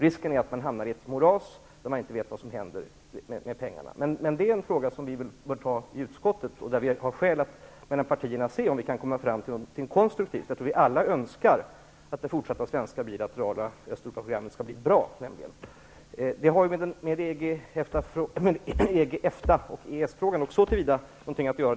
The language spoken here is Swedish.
Risken är att man hamnar i ett moras där man inte vet vad som händer med pengarna. Det är emellertid en fråga som vi skall ta upp i utskottet. Då kan vi i de olika partierna se om vi kan komma fram till något konstruktivt. Jag tror att vi alla önskar att det fortsatta svenska bilaterala Östeuropaprogrammet skall bli bra. Tarschys tog upp detta i samband med frågan om EG, EFTA och EES.